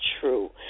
true